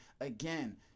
Again